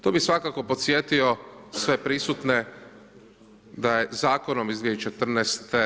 Tu bi svakako podsjetio sve prisutne da je zakonom iz 2014.